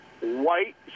white